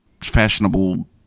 Fashionable